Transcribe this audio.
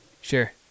Sure